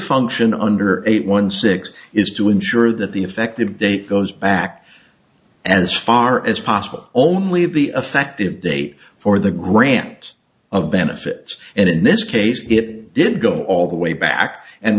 function under eight one six is to ensure that the effective date goes back as far as possible only the effective date for the grant of benefits and in this case it didn't go all the way back and